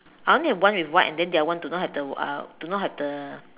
I only have one with white and then the other do not have the uh do not have the